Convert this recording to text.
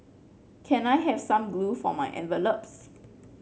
can I have some glue for my envelopes